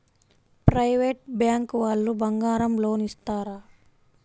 Private bank వాళ్ళు బంగారం loan ఇస్తారా?